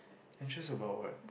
interest about what